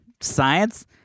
Science